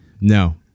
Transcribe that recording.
No